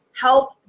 help